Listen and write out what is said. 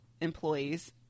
employees